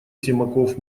симаков